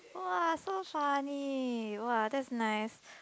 !wah! so funny !wah! that's nice